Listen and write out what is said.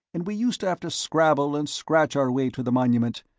and we used to have to scrabble and scratch our way to the monument.